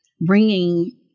bringing